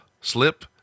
slip